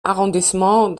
arrondissement